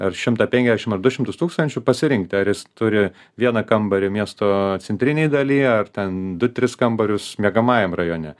ar šimtą penkiasdešimt ar du šimtus tūkstančių pasirinkti ar jis turi vieną kambarį miesto centrinėj daly ar ten du tris kambarius miegamajam rajone